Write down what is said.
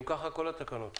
אם כך, כל התקנות אושרו.